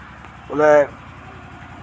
कुतै